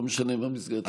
לא משנה מה מסגרת הזמן,